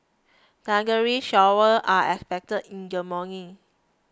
thundery showers are expected in the morning